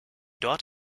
dort